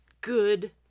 good